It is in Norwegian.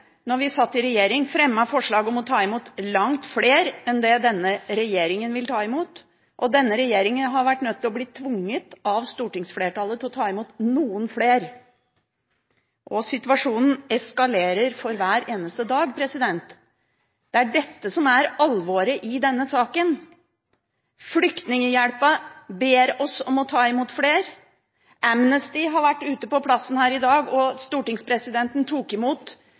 vi satt i regjering, forslag om å ta imot langt flere enn det denne regjeringen vil ta imot. Denne regjeringen har måttet bli tvunget av stortingsflertallet til å ta imot noen flere. Situasjonen eskalerer for hver eneste dag. Det er dette som er alvoret i denne saken. Flyktninghjelpen ber oss om å ta imot flere. Amnesty har vært ute på plassen her i dag, og stortingspresidenten tok imot